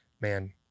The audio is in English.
man